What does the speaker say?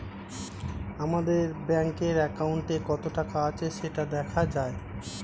আমাদের ব্যাঙ্কের অ্যাকাউন্টে কত টাকা আছে সেটা দেখা যায়